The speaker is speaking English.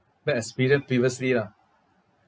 bad experience previously lah